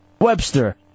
Webster